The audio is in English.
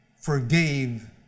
forgave